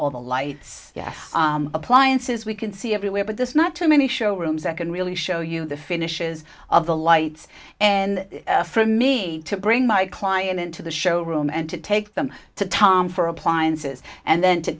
all the lights yes appliances we can see everywhere but this not too many show rooms that can really show you the finishes of the lights and for me to bring my client into the show room and to take them to tom for appliances and then to